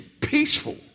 peaceful